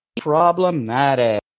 problematic